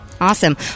Awesome